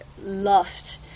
lost